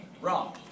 Wrong